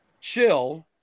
chill